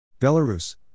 Belarus